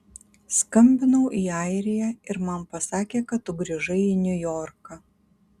skambinau į airiją ir man pasakė kad tu grįžai į niujorką